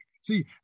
See